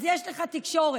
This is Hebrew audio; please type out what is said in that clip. אז יש לך תקשורת